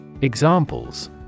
Examples